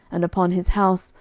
and upon his house,